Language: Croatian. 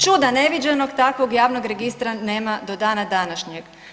Čuda neviđenog takvog javnog registra nema do dana današnjeg.